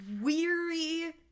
weary